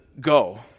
go